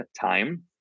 time